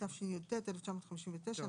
התשי"ט-1959 ."